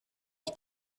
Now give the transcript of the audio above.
ich